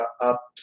up